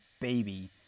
baby